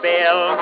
Bill